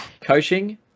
coaching